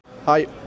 Hi